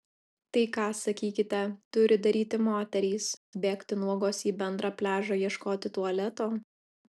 tai ką sakykite turi daryti moterys bėgti nuogos į bendrą pliažą ieškoti tualeto